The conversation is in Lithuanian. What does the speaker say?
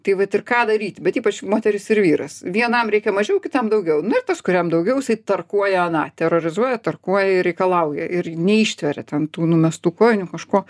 tai vat ir ką daryti bet ypač moteris ir vyras vienam reikia mažiau kitam daugiau na ir tas kuriam daugiau jisai tarkuoja aną terorizuoja tarkuoja reikalauja ir neištveria ten tų numestų kojinių kažko